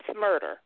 murder